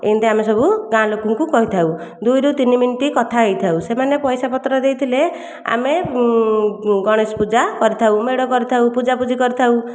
ଏମିତି ଆମେ ସବୁ ଗାଁ ଲୋକଙ୍କୁ କହିଥାଉ ଦୁଇରୁ ତିନି ମିନିଟ୍ କଥା ହୋଇଥାଉ ସେମାନେ ପଇସାପତ୍ର ଦେଇଥିଲ ଆମେ ଗଣେଶପୂଜା କରିଥାଉ ମେଢ଼ କରିଥାଉ ପୂଜାପୂଜି କରିଥାଉ